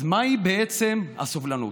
אז מהי בעצם הסובלנות?